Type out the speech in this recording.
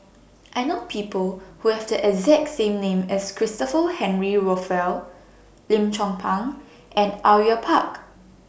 I know People Who Have The exact same name as Christopher Henry Rothwell Lim Chong Pang and Au Yue Pak